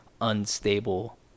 unstable